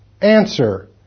Answer